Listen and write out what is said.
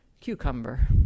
cucumber